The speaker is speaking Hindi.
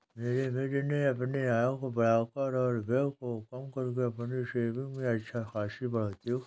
मेरे मित्र ने अपने आय को बढ़ाकर और व्यय को कम करके अपनी सेविंग्स में अच्छा खासी बढ़ोत्तरी की